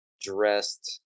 dressed